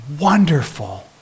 wonderful